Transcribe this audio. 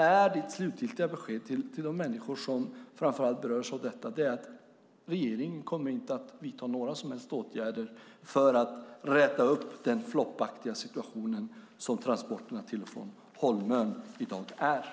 Är ditt slutgiltiga besked till de människor som framför allt berörs av detta att regeringen inte kommer att vidta några som helst åtgärder för att räta upp den floppaktiga situation som transporterna till och från Holmön i dag innebär?